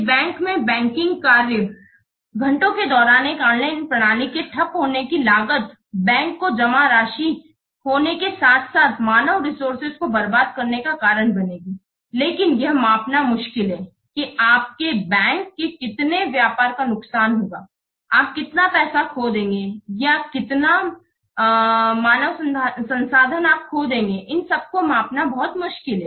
किसी बैंक में बैंकिंग कार्य घंटों के दौरान एक ऑनलाइन प्रणाली के ठप्प होने की लागत बैंक को जमा राशि खोने के साथ साथ मानव रिसोर्सेज को बर्बाद करने का कारण बनेगी लेकिन यह मापना मुश्किल है कि आपके बैंक के कितने व्यपार का नुकसान होगा आप कितना पैसा खो देंगे या कितना मानव संसाधन आप खो देंगे इन सबको मापना बहुत मुश्किल है